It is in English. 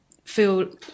feel